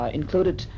included